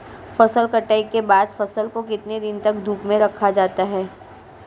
फसल कटाई के बाद फ़सल को कितने दिन तक धूप में रखा जाता है?